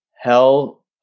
hell